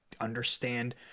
understand